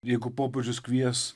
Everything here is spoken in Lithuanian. jeigu popiežius kvies